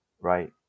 right